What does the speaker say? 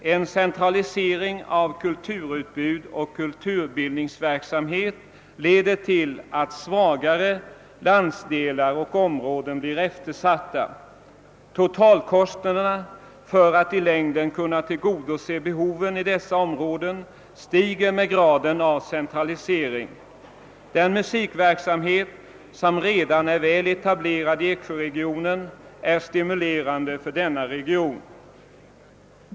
En centralisering av kulturutbud och kulturbildningsverksamhet leder till att svagare landsdelar och områden blir eftersatta. ”Totalkostnaderna för att i längden kunna tillgodose behoven i dessa områden stiger med graden av centralisering. Den musikverksamhet som redan är väl etablerad i Eksjöregionen är stimulerande för denna region.